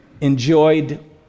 enjoyed